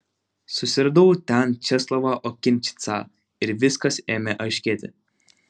susiradau ten česlovą okinčicą ir viskas ėmė aiškėti